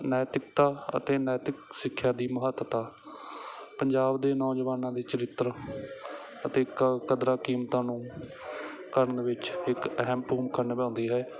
ਨੈਤਿਕਤਾ ਅਤੇ ਨੈਤਿਕ ਸਿੱਖਿਆ ਦੀ ਮਹੱਤਤਾ ਪੰਜਾਬ ਦੇ ਨੌਜਵਾਨਾਂ ਦੇ ਚਰਿੱਤਰ ਅਤੇ ਕ ਕਦਰਾਂ ਕੀਮਤਾਂ ਨੂੰ ਕਰਨ ਵਿੱਚ ਇੱਕ ਅਹਿਮ ਭੂਮਿਕਾ ਨਿਭਾਉਂਦੀ ਹੈ